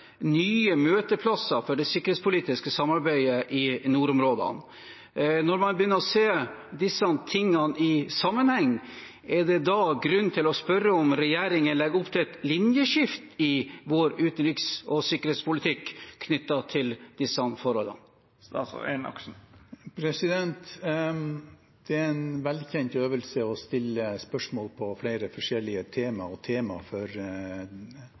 nye møteplasser for det sikkerhetspolitiske samarbeidet i nordområdene. Når man begynner å se disse tingene i sammenheng, er det grunn til å spørre: Legger regjeringen opp til et linjeskift i vår utenriks- og sikkerhetspolitikk, knyttet til de samme forholdene? Det er en velkjent øvelse å stille spørsmål om flere forskjellige temaer, og temaet for